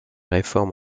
réformes